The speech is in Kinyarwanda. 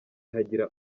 hagira